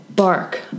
Bark